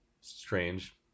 strange